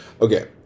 okay